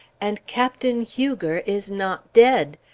and captain huger is not dead!